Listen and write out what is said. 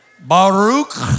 Baruch